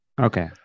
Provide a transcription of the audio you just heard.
Okay